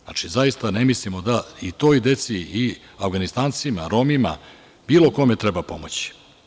Znači, zaista ne mislimo da i toj deci i Avganistancima i Romima, bilo kome, treba pomoći.